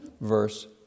verse